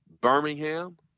Birmingham